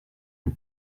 dut